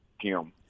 Kim